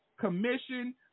commission